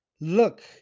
Look